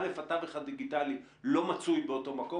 א', התווך הדיגיטלי לא מצוי באותו מקום.